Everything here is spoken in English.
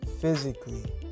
physically